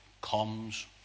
comes